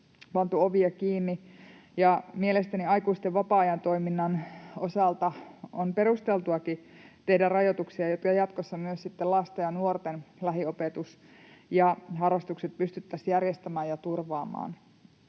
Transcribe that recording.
pantu ovia kiinni, ja mielestäni aikuisten vapaa-ajantoiminnan osalta on perusteltuakin tehdä rajoituksia, jotta jatkossa myös sitten lasten ja nuorten lähiopetus ja harrastukset pystyttäisiin järjestämään ja turvaamaan